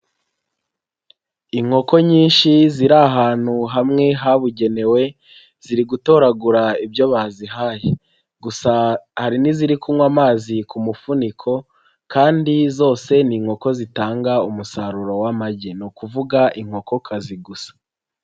Inkoko nyinshi ziri ahantu hamwe habugenewe ziri gutoragura ibyo bazihaye, gusa hari n'iziri kunywa amazi ku mufuniko kandi zose ni inkoko zitanga umusaruro w'amagi, ni ukuvuga inkokokazi gusa.